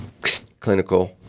clinical